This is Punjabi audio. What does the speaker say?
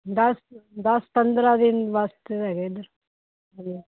ਦਸ ਦਸ ਪੰਦਰ੍ਹਾਂ ਦਿਨ ਵਾਸਤੇ ਹੈਗੇ ਇੱਧਰ ਹੈਗੇ